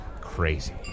Crazy